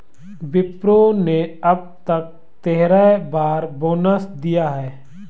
विप्रो ने अब तक तेरह बार बोनस दिया है